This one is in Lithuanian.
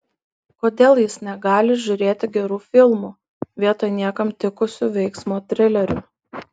kodėl jis negali žiūrėti gerų filmų vietoj niekam tikusių veiksmo trilerių